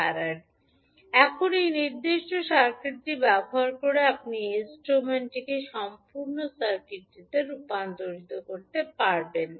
𝐶𝑣𝑜 01 05 𝐴 এখন এই নির্দিষ্ট সার্কিটটি ব্যবহার করে আপনি এস ডোমেনে সম্পূর্ণ সার্কিটটি রূপান্তর করতে পারবেন